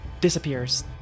disappears